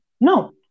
No